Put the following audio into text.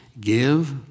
Give